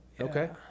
Okay